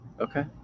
Okay